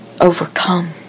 overcome